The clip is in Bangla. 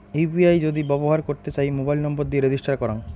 ইউ.পি.আই যদি ব্যবহর করতে চাই, মোবাইল নম্বর দিয়ে রেজিস্টার করাং